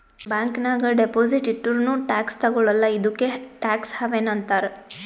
bank ನಾಗ್ deposit ಇಟ್ಟುರ್ನೂ tax ತಗೊಳಲ್ಲ ಇದ್ದುಕೆ ಟ್ಯಾಕ್ಸ್ ಹವೆನ್ ಅಂತಾರ್